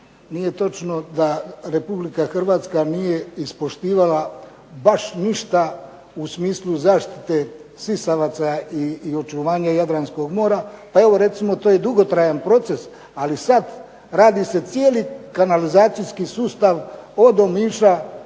nije točno da Republika Hrvatska nije ispoštivala baš ništa u smislu zaštite sisavaca i očuvanja Jadranskog mora, pa evo recimo to je dugotrajan proces, ali evo sada radi se cijeli kanalizacijski sustav od Omiša